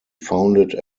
founded